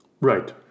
Right